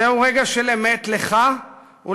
זהו רגע של אמת לך ולממשלתך,